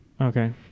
Okay